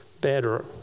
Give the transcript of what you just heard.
better